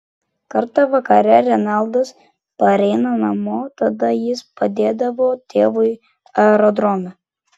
kartą vakare renaldas pareina namo tada jis padėdavo tėvui aerodrome